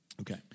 Okay